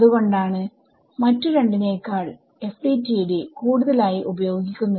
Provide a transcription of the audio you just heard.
അത് കൊണ്ടാണ് മറ്റു രണ്ടിനേക്കാൾ FDTD കൂടുതലായി ഉപയോഗിക്കുന്നത്